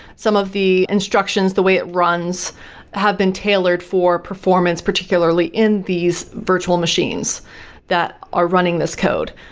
some of the instructions, the way it runs have been tailored for performance particularly in these virtual machines that are running this code.